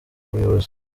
ubuyobozi